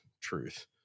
truth